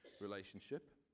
relationship